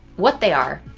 what they are,